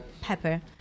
pepper